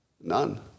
None